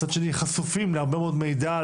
מצד שני חשופים להרבה מאוד מידע,